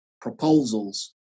proposals